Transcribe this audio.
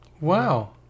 Wow